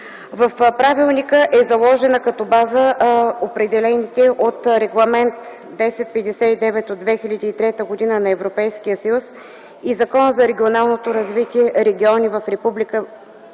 В правилника са заложени като база определените от Регламент 1059/2003 г. на Европейския съюз и Закона за регионалното развитие, региони в Република България,